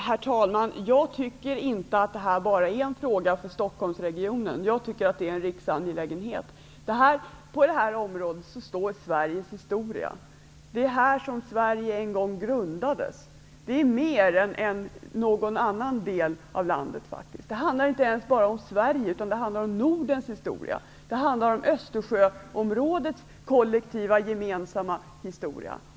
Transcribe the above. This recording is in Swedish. Herr talman! Jag tycker inte att detta bara är en fråga för Stockholmsregionen. Jag tycker att det är en riksangelägenhet. I det här området finns Sveriges historia. Det var här som Sverige en gång grundades. Det är mer än någon annan del av landet. Det handlar inte ens bara om Sverige. Det handlar om Nordens historia. Det handlar om Östersjöområdets kollektiva historia.